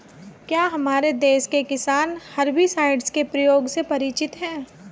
क्या हमारे देश के किसान हर्बिसाइड्स के प्रयोग से परिचित हैं?